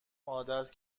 عادت